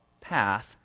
path